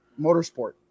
motorsport